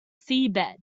seabed